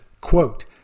quote